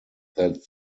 that